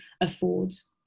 affords